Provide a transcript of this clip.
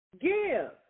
give